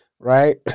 Right